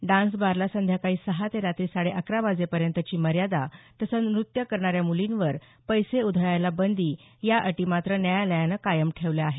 dance बारला संध्याकाळी सहा ते रात्री साडे अकरा वाजेपर्यंतची मर्यादा तसंच नृत्य करणाऱ्या मुलींवर पैसे उधळायला बंदी या अटी मात्र न्यायालयानं कायम ठेवल्या आहेत